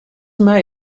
mij